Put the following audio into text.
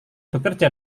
bekerja